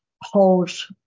hold